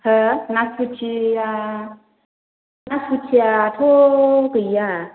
हो नासपुटिआ नासपुटिआथ' गैया